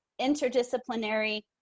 interdisciplinary